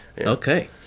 Okay